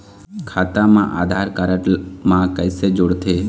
खाता मा आधार कारड मा कैसे जोड़थे?